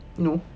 no